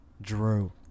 Drew